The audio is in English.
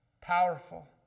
Powerful